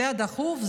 זה הדחוף,